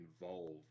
involved